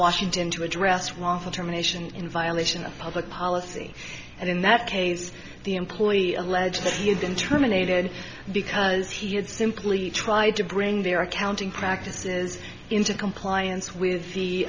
washington to address raffle terminations in violation of public policy and in that case the employee allegedly has been terminated because he had simply tried to bring their accounting practices into compliance with the